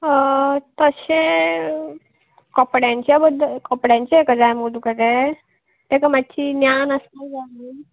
तशें कपड्यांच्या बद्दल कपड्यांचें हेका जाय मुगो तुका ते तेका मात्शी ज्ञान आसपाक जाय न्हू